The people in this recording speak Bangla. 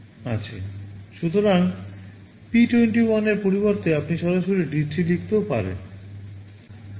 সুতরাং P 21 এর পরিবর্তে আপনি সরাসরি D3 ও লিখতে পারেন